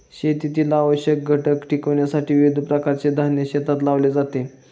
शेतीतील आवश्यक घटक टिकविण्यासाठी विविध प्रकारचे धान्य शेतात लावले जाते